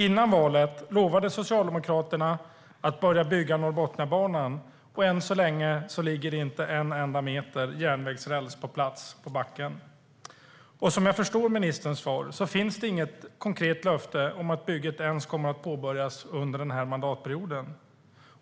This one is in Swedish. Före valet lovade Socialdemokraterna att börja bygga Norrbotniabanan. Än så länge ligger inte en enda meter järnvägsräls på plats. Som jag förstår av ministerns svar finns det inget konkret löfte om att bygget ska påbörjas ens under den här mandatperioden.